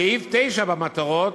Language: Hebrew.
סעיף (9) במטרות,